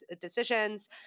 decisions